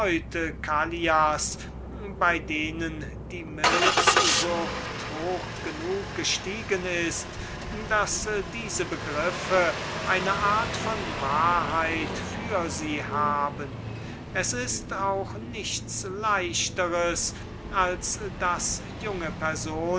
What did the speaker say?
bei denen die milzsucht hoch genug gestiegen ist daß diese begriffe eine art von wahrheit für sie haben es ist auch nichts leichters als daß junge